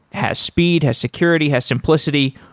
has speed, has security, has simplicity,